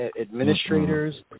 administrators